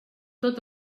tot